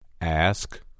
Ask